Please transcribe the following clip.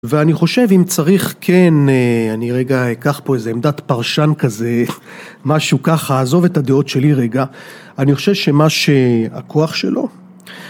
ואני חושב אם צריך, כן אני רגע אקח פה איזה עמדת פרשן כזה, משהו ככה, עזוב את הדעות שלי רגע, אני חושב שמה שהכוח שלו...